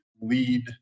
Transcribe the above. lead